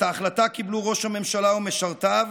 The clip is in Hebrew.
את ההחלטה קיבלו ראש הממשלה ומשרתיו